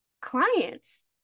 clients